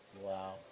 Wow